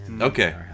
okay